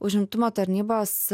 užimtumo tarnybos